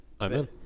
amen